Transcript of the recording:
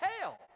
hell